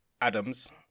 Adams